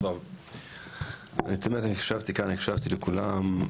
הקשבתי לכולם.